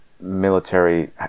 military